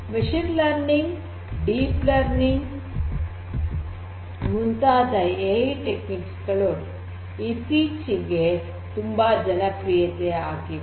machine learning deep learning ಮುಂತಾದ A I techniques ತಂತ್ರಗಳು ಇತ್ತೀಚಿಗೆ ತುಂಬಾ ಜನಪ್ರಿಯತೆ ಆಗಿವೆ